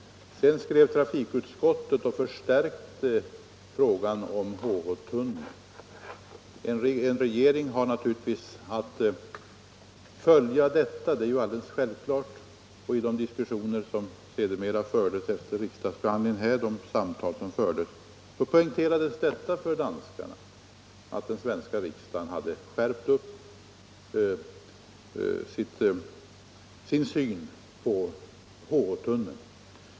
Trafikutskottet skrev sedan och förstärkte frågan om HH-tunneln. En regering har naturligtvis att följa detta — det är alldeles självklart. I de diskussioner och samtal som sedermera fördes efter riksdagsbehandlingen, poängterades det för danskarna att den svenska riksdagen hade skärpt sin syn på HH-tunneln.